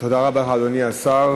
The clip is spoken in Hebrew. תודה רבה לך, אדוני השר.